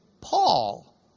Paul